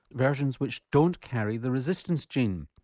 versions which don't carry the resistance gene.